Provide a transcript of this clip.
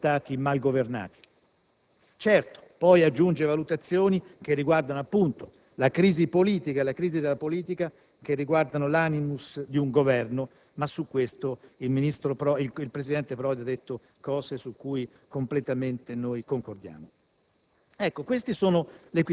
E, aggiunge Ignazi, non si tratta di Stati mal governati. Certo, poi egli aggiunge valutazioni che concernono la crisi politica e la crisi della politica, che riguardano l'*animus* di un Governo, ma su questo il presidente Prodi ha sostenuto argomenti su cui concordiamo